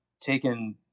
taken